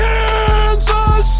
Kansas